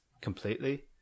completely